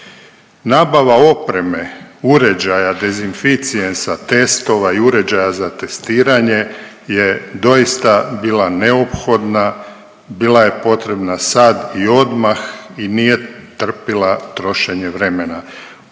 Nabava opreme, uređaja, dezinficijensa, testova i uređaja za testiranje je doista bilo neophodna, bila je potrebna sad i odmah i nije trpila trošenje vremena.